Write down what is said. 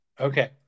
Okay